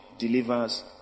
delivers